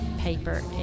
paper